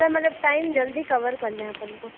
sir मतलब time जल्दी cover करना है अपन को